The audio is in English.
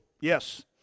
Yes